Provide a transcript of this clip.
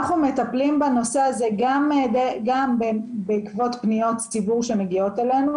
אנחנו מטפלים בנושא הזה גם בעקבות פניות ציבור שמגיעות אלינו,